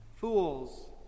Fools